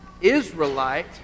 Israelite